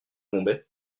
bombay